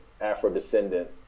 Afro-descendant